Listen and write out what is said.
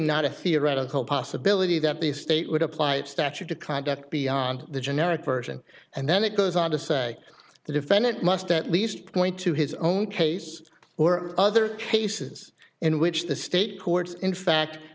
not a theoretical possibility that the state would apply its statute to conduct beyond the generic version and then it goes on to say the defendant must at least point to his own case or other cases in which the state courts in fact